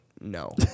No